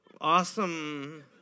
awesome